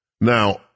Now